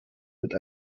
mit